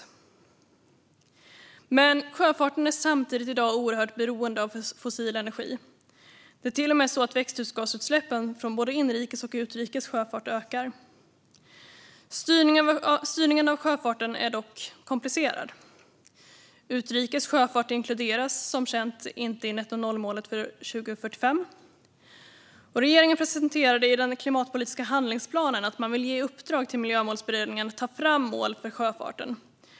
Samtidigt är sjöfarten i dag oerhört beroende av fossil energi. Det är till och med så att växthusgasutsläppen från både inrikes och utrikes sjöfart ökar. Styrningen av sjöfarten är dock komplicerad. Utrikes sjöfart inkluderas som känt inte i nettonollmålet till 2045. Regeringen presenterade i den klimatpolitiska handlingsplanen att man vill ge i uppdrag till Miljömålsberedningen att ta fram mål för sjöfarten.